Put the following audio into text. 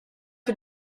für